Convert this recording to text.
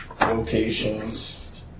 locations